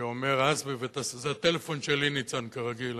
שאומר, זה הטלפון שלי, ניצן, כרגיל.